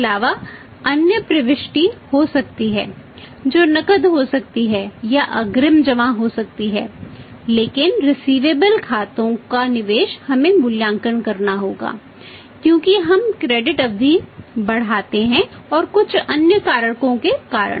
accounts अवधि बढ़ाते हैं और कुछ अन्य कारकों के कारण